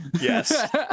yes